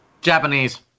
Japanese